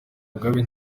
mugabe